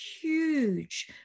huge